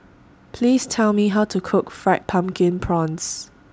Please Tell Me How to Cook Fried Pumpkin Prawns